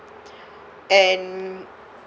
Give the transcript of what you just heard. and